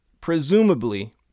presumably